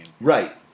Right